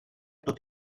tot